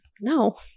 no